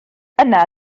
yna